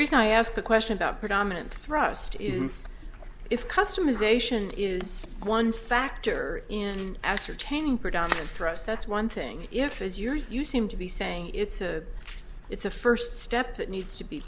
reason i ask a question about predominant thrust is if customisation is one factor in ascertaining predominant threats that's one thing if is your you seem to be saying it's a it's a first step that needs to be